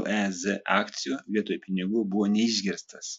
lez akcijų vietoj pinigų buvo neišgirstas